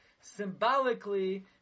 symbolically